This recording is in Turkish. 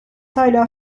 hâlâ